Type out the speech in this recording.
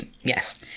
Yes